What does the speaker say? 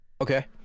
okay